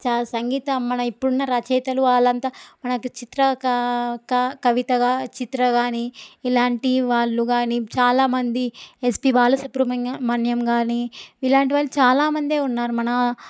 చాలా సంగీతం మనం ఇప్పుడున్న రచయితలు వాళ్ళంతా మనకి చిత్రకా కా కవితగా చిత్ర కానీ ఇలాంటి వాళ్ళు కానీ చాలామంది ఎస్పి బాలసుబ్రమణ్యం మణ్యం కానీ ఇలాంటి వాళ్ళు చాలామందే ఉన్నారు మన